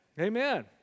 Amen